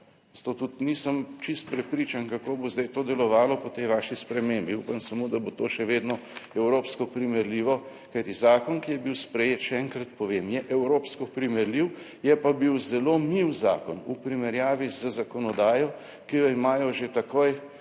zato tudi nisem čisto prepričan, kako bo zdaj to delovalo po tej vaši spremembi. Upam samo, da bo to še vedno evropsko primerljivo, kajti zakon, ki je bil sprejet, še enkrat povem, je evropsko primerljiv, je pa bil zelo mil zakon v primerjavi z zakonodajo, ki jo imajo že takoj